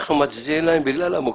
אנחנו מצדיעים להם בגלל המוקשים.